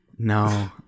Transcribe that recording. No